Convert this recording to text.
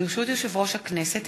ברשות יושב-ראש הכנסת,